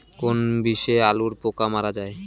কোন বিষে আলুর পোকা মারা যায়?